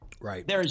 Right